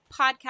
podcast